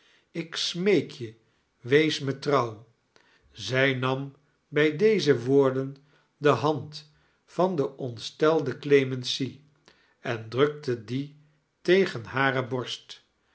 ik smeek je wees me trouw zij nam bij deze woorden de hand van de ontstelde clemency en drukte die tegen hare borst